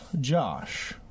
Josh